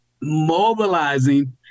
mobilizing